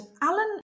Alan